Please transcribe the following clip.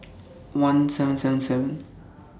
one seven seven seven